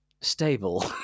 stable